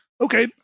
Okay